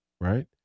right